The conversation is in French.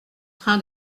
train